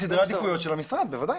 סדרי עדיפויות של המשרד, בוודאי.